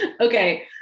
Okay